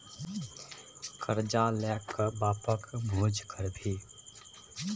करजा ल कए बापक भोज करभी?